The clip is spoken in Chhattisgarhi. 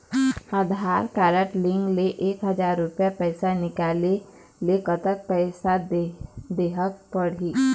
आधार कारड लिंक ले एक हजार रुपया पैसा निकाले ले कतक पैसा देहेक पड़ही?